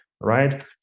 right